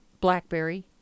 blackberry